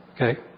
Okay